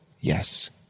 Yes